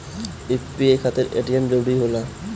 UPI खातिर ATM जरूरी होला?